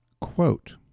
quote